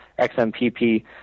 XMPP